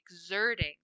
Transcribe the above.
exerting